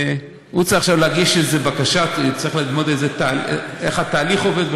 וצריך ללמוד איך התהליך עובד,